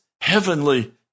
heavenly